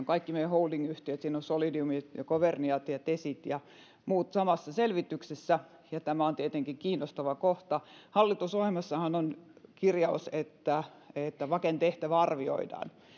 kaikki meidän holdingyhtiöt siinä on solidiumit ja governiat ja tesit ja muut samassa selvityksessä tämä on tietenkin kiinnostava kohta hallitusohjelmassahan on kirjaus että että vaken tehtävä arvioidaan